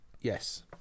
Yes